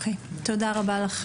תודה רבה לך,